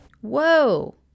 Whoa